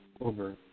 over